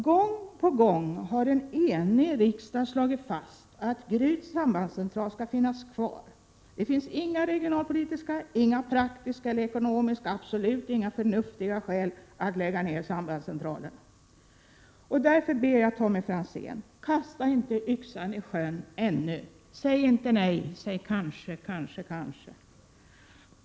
Gång på gång har en enig riksdag slagit fast att Gryts sambandscentral skall finnas kvar. Det finns inga regionalpolitiska, inga praktiska eller ekonomiska och absolut inga förnuftiga skäl för att lägga ned den sambandscentralen. Därför ber jag Tommy Franzén: Kasta inte yxan i sjön ännu! Säg inte nej, säg kanske, kanske, kanske!